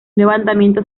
levantamiento